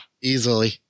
Easily